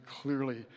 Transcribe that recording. clearly